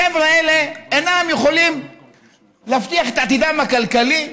החבר'ה האלה אינם יכולים להבטיח את עתידם הכלכלי.